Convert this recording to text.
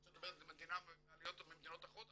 אתה רוצה שנדבר גם על עליה ממדינות אחרות?